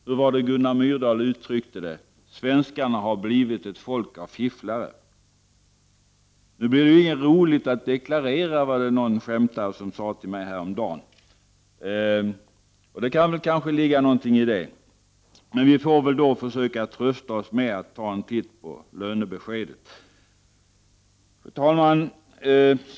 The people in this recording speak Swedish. Hur var det Gunnar Myrdal uttryckte det? Jo: Svenskarna har blivit ett folk av fifflare. ”Nu blir det ju inget roligt att deklarera” sade en skämtare till mig häromdagen. Det kanske kan ligga någonting i det, men vi får väl försöka trösta oss genom att ta en titt på lönebeskedet. Fru talman!